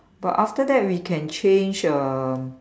but after that we can change uh